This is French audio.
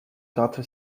gratte